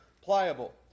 pliable